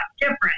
different